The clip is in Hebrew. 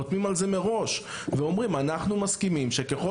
חותמים על זה מראש ואומרים אנחנו מסכימים שככל